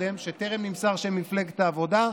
שם טרם נמסר שם ממפלגת העבודה.